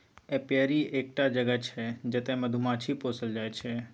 apiary एकटा जगह छै जतय मधुमाछी पोसल जाइ छै